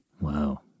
Wow